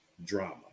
drama